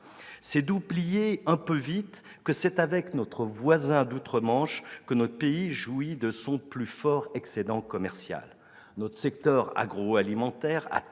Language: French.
Ils oubliaient un peu vite que c'est avec son voisin d'outre-Manche que notre pays jouit de son plus fort excédent commercial ... Notre secteur agroalimentaire a